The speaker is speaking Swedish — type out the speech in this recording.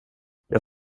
jag